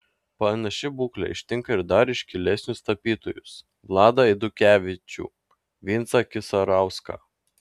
panaši būklė ištinka ir dar iškilesnius tapytojus vladą eidukevičių vincą kisarauską